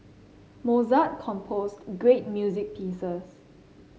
Mozart composed great music pieces